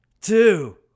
Two